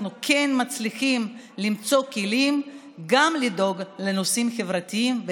אנחנו כן מצליחים למצוא כלים כדי לדאוג לנושאים חברתיים.